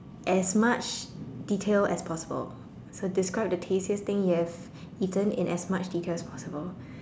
as much detail as possible so describe the tastiest thing you have eaten in as much detail as possible